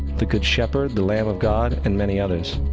the good shepherd, the lamb of god, and many others.